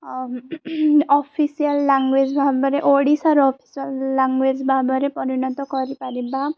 official language ଭାବରେ ଓଡ଼ିଶାର official language ଭାବରେ ପରିଣତ କରିପାରିବା